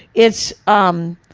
it's um.